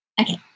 Okay